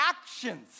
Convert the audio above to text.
actions